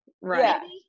right